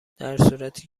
درصورتی